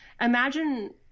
imagine